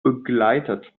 begleitet